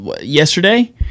yesterday